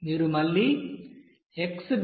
మీరు మళ్లీ x విలువను 0